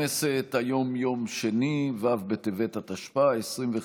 דברי הכנסת יא / מושב שני / ישיבות קט"ז קי"ח / ו' ח' בטבת התשפ"א / 21